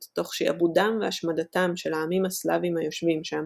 תוך שעבודם והשמדתם של העמים הסלאבים היושבים שם,